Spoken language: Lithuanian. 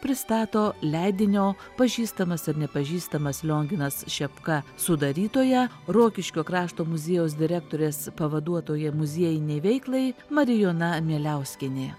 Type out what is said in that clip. pristato leidinio pažįstamas ar nepažįstamas lionginas šepka sudarytoja rokiškio krašto muziejaus direktorės pavaduotoja muziejinei veiklai marijona mieliauskienė